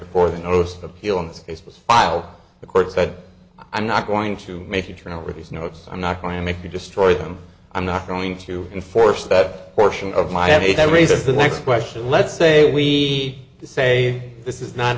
before the host of appeal in this case was filed the court said i'm not going to make you turn over these notes i'm not going to make you destroy them i'm not going to enforce that portion of miami that raises the next question let's say we say this is not